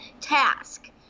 task